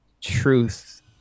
truth